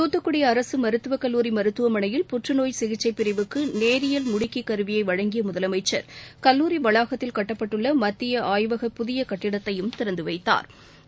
துத்துக்குடி அரசு மருத்துவக்கல்லூரி மருத்துவமனையில் புற்றுநோய் சிகிச்சை பிரிவுக்கு நேரியல் முடுக்கிக் கருவியை வழங்கிய முதலமைச்சா் கல்லூரி வளாகத்தில் கட்டப்பட்டுள்ள மத்திய ஆய்வக புதிய கட்டிடத்தையும் திறந்து வைத்தாா்